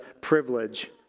privilege